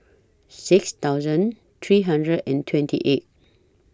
six thousand three hundred and twenty eight